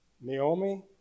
Naomi